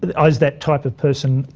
but as that type of person,